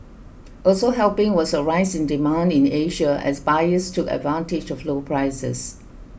also helping was a rise in demand in Asia as buyers took advantage of low prices